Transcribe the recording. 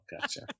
gotcha